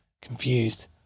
confused